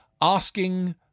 Asking